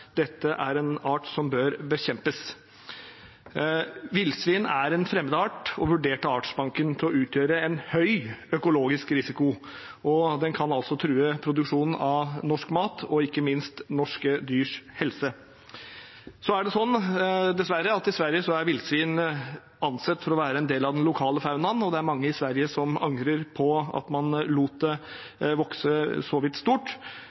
en art som bør bekjempes. Villsvin er en fremmed art og er vurdert av Artsdatabanken til å utgjøre en høy økologisk risiko, og den kan true produksjonen av norsk mat og ikke minst norske dyrs helse. I Sverige er dessverre villsvin ansett for å være en del av den lokale faunaen, og det er mange i Sverige som angrer på at man lot det vokse seg så vidt stort.